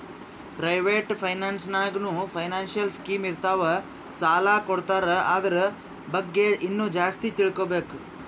private finance ನಾಗ್ನೂ financial scheme ಇರ್ತಾವ್ ಸಾಲ ಕೊಡ್ತಾರ ಅದುರ್ ಬಗ್ಗೆ ಇನ್ನಾ ಜಾಸ್ತಿ ತಿಳ್ಕೋಬೇಕು